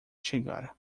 chegar